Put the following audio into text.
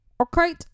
okay